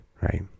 right